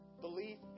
Belief